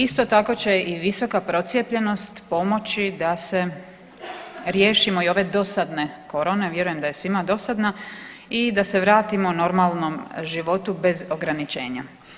Isto tako će i visoka procijepljenost pomoći da se riješimo i ove dosadne korone, vjerujem da je svima dosadna i da se vratimo normalnom životu bez ograničenja.